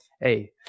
hey